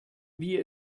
wie